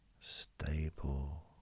Stable